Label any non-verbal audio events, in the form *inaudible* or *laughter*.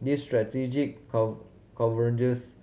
this strategic *unintelligible* convergence